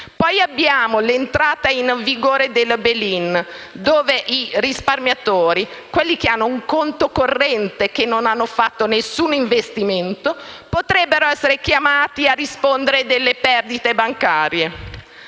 Poi abbiamo l'entrata in vigore del *bail in*, dove i risparmiatori, quelli che hanno un conto corrente e che non hanno fatto nessun investimento, potrebbero essere chiamati a rispondere delle perdite bancarie.